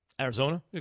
Arizona